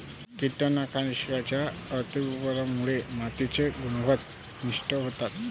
कीटकनाशकांच्या अतिवापरामुळे मातीची गुणवत्ता नष्ट होते